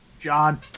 John